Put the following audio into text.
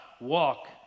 walk